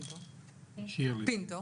יש לי שאלה אינפורמטיבית.